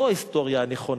זו ההיסטוריה הנכונה.